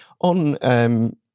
on